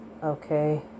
Okay